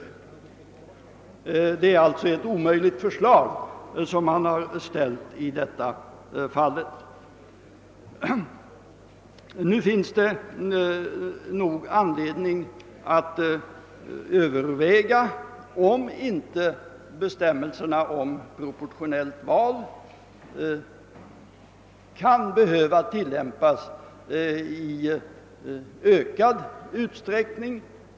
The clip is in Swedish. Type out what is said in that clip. Det är alltså ett omöjligt förslag som har framställts i detta fall. Nu finns nog anledning att överväga om inte bestämmelserna om proportionellt val kan behöva tilämpas i ökad utsträckning.